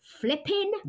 flipping